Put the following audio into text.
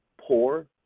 poor